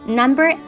number